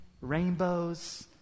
rainbows